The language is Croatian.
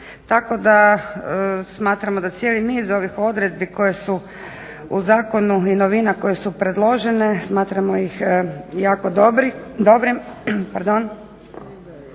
tako da smatramo da cijeli niz ovih odredbi koje su u zakonu i novina koje su predložene smatramo ih jako dobrim